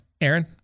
Aaron